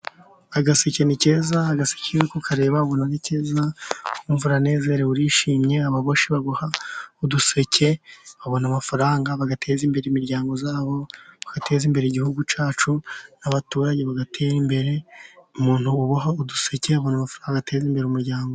Agaseke ni keza, agaseke iyo uri kukareba ubona ari keza ukumva uranezerewe urishimye. Ababoshyi baboha uduseke babona amafaranga bagateza imbere imiryango yabo, bagateza imbere igihugu cyacu n'abaturanyi bagatera imbere. Umuntu uboha uduseke abona amafaranga agateza imbere umuryango.